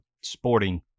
Sporting